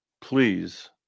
please